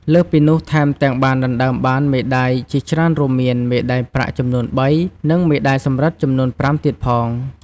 លើសពីនោះថែមទាំងបានដណ្ដើមបានមេដាយជាច្រើនរួមមាន មេដាយប្រាក់ចំនួន ៣ និងមេដាយសំរឹទ្ធចំនួន ៥ទៀតផង។